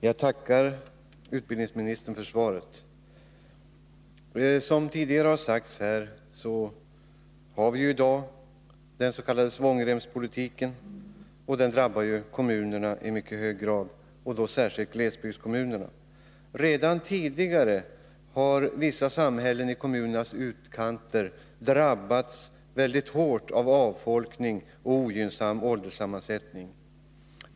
Herr talman! Jag tackar utbildningsministern för svaret. Som tidigare här har sagts har vi i dag en s.k. svångremspolitik, som i mycket hög grad drabbar kommunerna, särskilt glesbygdskommunerna. Redan tidigare har vissa samhällen i kommunernas utkanter drabbats mycket hårt av avfolkning och ogynnsam ålderssammansättning.